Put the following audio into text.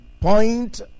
point